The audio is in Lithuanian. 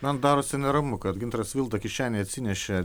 man darosi neramu kad gintaras vilda kišenėj atsinešė